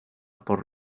por